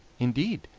indeed,